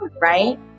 right